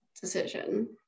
decision